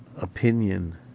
opinion